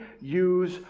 use